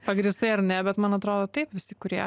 pagrįstai ar ne bet man atrodo taip visi kurie